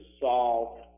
solve